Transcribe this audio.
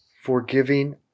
forgiving